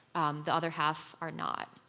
um the other half are not.